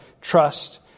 trust